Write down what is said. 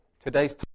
Today's